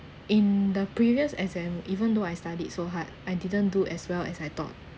in the previous exam even though I studied so hard I didn't do as well as I thought